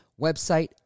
website